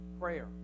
Prayer